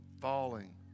falling